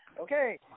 okay